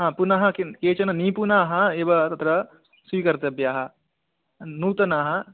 हा पुनः किं केचन निपुणाः एव तत्र स्वीकर्तव्याः नूतनाः